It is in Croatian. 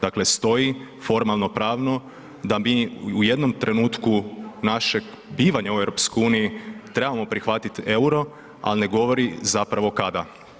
Dakle, stoji formalno pravno da mi u jednom trenutku našeg bivanja u EU trebamo prihvatiti EUR-o, al ne govori zapravo kada.